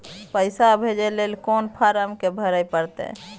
पैसा भेजय लेल कोन फारम के भरय परतै?